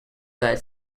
third